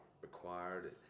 required